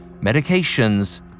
medications